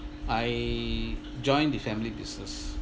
I joined the family business